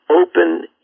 open